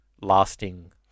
lasting